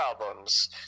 albums